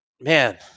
man